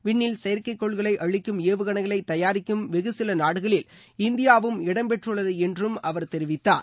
விண்ணில் செயற்கை கோள்களை அழிக்கும் ஏவுகணைகளை தயாரிக்கும் வெகு சில நாடுகளில் இந்தியாவும் இடம்பெற்றுள்ளது என்றும் அவர் தெரிவித்தார்